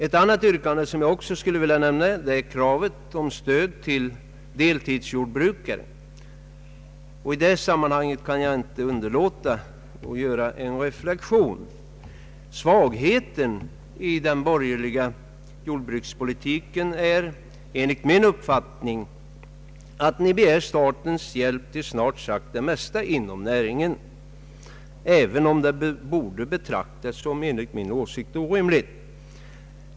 Ett annat yrkande, som jag också skulle vilja omnämna, är kravet på stöd till deltidsjordbrukarna. I detta sammanhang kan jag inte underlåta att göra en reflexion. Svagheten i den borgerliga jordbrukspolitiken är enligt min uppfattning att ni begär statens hjälp till snart sagt det mesta inom näringen, även om det borde betraktas såsom orimligt.